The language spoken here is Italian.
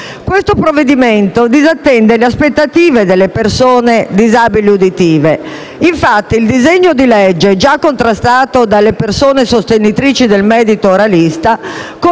il provvedimento disattende le aspettative delle persone sorde. Infatti, il disegno di legge, già contrastato dalle persone sorde sostenitrici del metodo oralista,